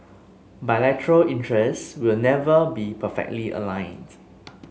bilateral interests will never be perfectly aligned